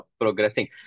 progressing